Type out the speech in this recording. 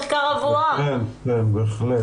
בהחלט,